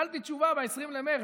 וקיבלתי תשובה ב-20 במרץ,